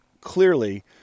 clearly